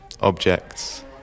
objects